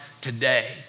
today